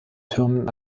türmen